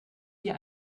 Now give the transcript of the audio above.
dir